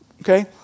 Okay